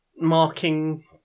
marking